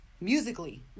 musically